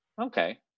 Okay